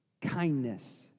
Kindness